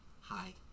Hi